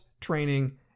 training